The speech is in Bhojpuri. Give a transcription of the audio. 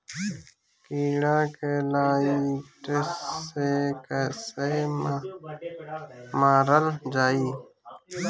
कीड़ा के लाइट से कैसे मारल जाई?